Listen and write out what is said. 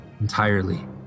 entirely